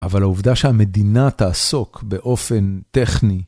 אבל העובדה שהמדינה תעסוק באופן טכני.